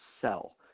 sell